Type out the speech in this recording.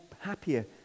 happier